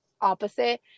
opposite